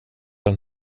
den